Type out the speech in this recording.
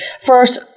first